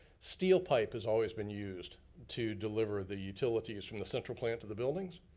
steel pipe has always been used to deliver the utilities from the central plant to the buildings.